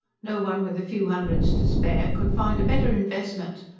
no one with a few hundreds to spare could find a better investment.